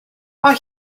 mae